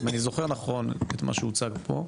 אם אני זוכר נכון את מה שהוצג פה,